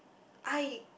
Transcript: I